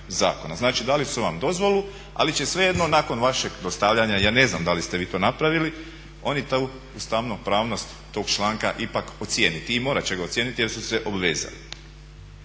Znači dali su vam dozvolu ali će svejedno nakon vašeg …, ja ne znam da li ste vi to napravili, oni tu ustavnopravnost tog članka ipak ocijeniti i morat će ga ocijeniti jer su se obvezali.